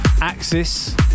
axis